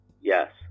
yes